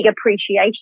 appreciation